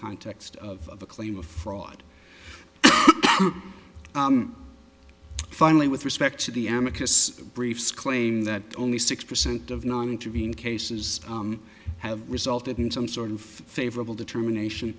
context of a claim of fraud finally with respect to the amica is briefs claim that only six percent of non intervene cases have resulted in some sort of favorable determination